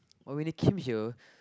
but when they came here